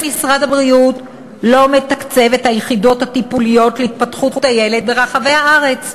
משרד הבריאות לא מתקצב את היחידות הטיפוליות להתפתחות הילד ברחבי הארץ.